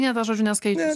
devynetas žodžiu ne skaičius